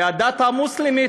והדת המוסלמית,